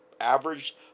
average